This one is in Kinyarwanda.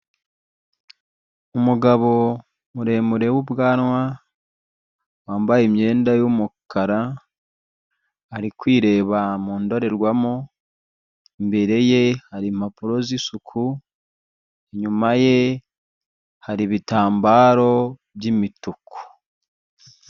Umugabo muremure w'ubwanwa wambaye imyenda y'umukara ari kwireba mu ndorerwamo, imbere ye hari impapuro z'isuku, inyuma ye hari ibitambaro by'imituku.